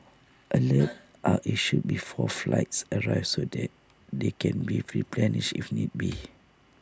alerts are issued before flights arrive so that they can be replenished if need be